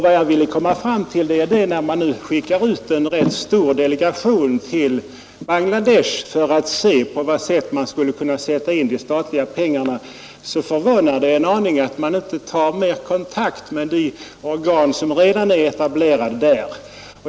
Vad jag ville komma fram till är att när man nu skickar ut en rätt stor delegation till Bangladesh för att se på vad sätt man skulle kunna utnyttja de statliga pengarna, så förvånar det en aning att man inte har mera kontakt med de organ som redan är etablerade där.